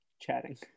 chatting